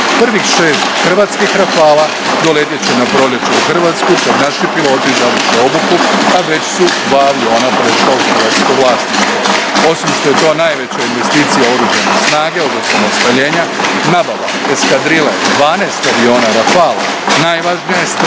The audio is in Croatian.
Prvih šest hrvatskih Rafalea doletjet će na proljeće u Hrvatsku, kad naši piloti završe obuku, a već su dva aviona prešla u hrvatsko vlasništvo. Osim što je to najveća investicija u Oružane snage od osamostaljenja, nabava eskadrile 12 aviona Rafale najvažnija je strateška